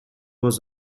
was